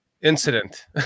incident